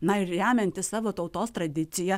na ir remiantis savo tautos tradicija